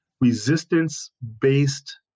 resistance-based